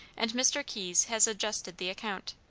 and mr. keyes has adjusted the account.